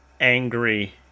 angry